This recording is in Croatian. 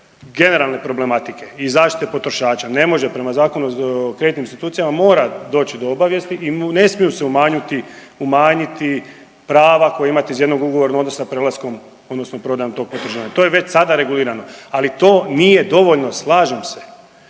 generalne problematike i zaštite potrošača, ne može prema Zakonu o kreditnim institucijama mora doći do obavijesti i ne smiju se umanjiti prava koja imate iz jednog ugovora … prelaskom odnosno prodajom tog potraživanja, to je već sada regulirano. Ali to nije dovoljno slažem se,